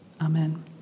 Amen